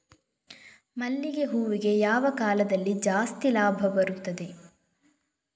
ಮಲ್ಲಿಗೆ ಹೂವಿಗೆ ಯಾವ ಕಾಲದಲ್ಲಿ ಜಾಸ್ತಿ ಲಾಭ ಬರುತ್ತದೆ?